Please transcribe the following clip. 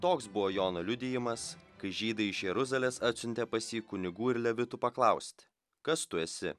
toks buvo jono liudijimas kai žydai iš jeruzalės atsiuntė pas jį kunigų ir levitų paklausti kas tu esi